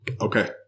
okay